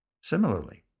Similarly